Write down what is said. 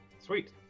Sweet